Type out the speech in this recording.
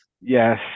Yes